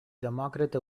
demòcrata